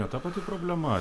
ne ta pati problema